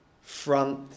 front